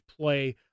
play